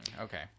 Okay